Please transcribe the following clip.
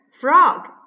frog